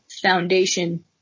foundation